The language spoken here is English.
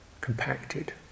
compacted